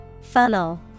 funnel